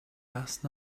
last